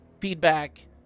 feedback